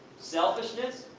selfishness?